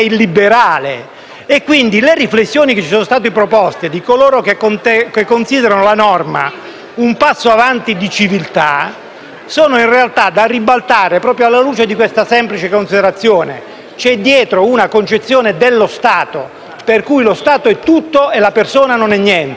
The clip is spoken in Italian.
sono in realtà da ribaltare proprio alla luce di questa semplice considerazione: c'è dietro una concezione dello Stato per cui lo Stato è tutto e la persona è niente. In questo senso, gli emendamenti di natura soppressiva hanno la funzione di arginare siffatto modo di ragionare.